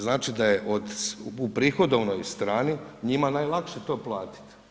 Znači da je u prihodovnoj strani njima najlakše to platiti.